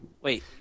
Wait